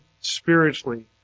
spiritually